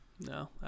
No